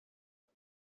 کنی